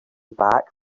back